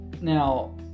Now